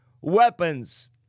weapons